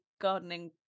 gardening